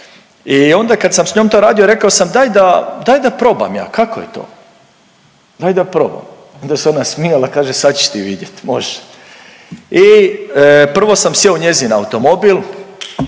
I onda kad sam sa njom to radio rekao sam daj da probam ja kako je to, daj da probam. Onda se ona smijala kaže sad ćeš ti vidjeti, može. I prvo sam sjeo u njezin automobil